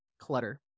clutter